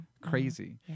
crazy